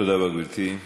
תודה רבה, גברתי.